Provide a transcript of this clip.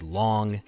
long